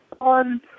on